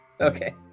okay